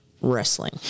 wrestling